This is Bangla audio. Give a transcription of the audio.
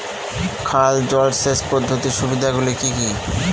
খাল জলসেচ পদ্ধতির সুবিধাগুলি কি কি?